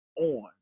on